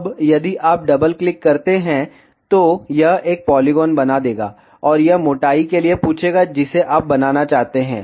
अब यदि आप डबल क्लिक करते हैं तो यह एक पोलीगोन बना देगा और यह मोटाई के लिए पूछेगा जिसे आप बनाना चाहते हैं